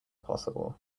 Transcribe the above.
possible